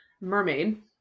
mermaid